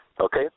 Okay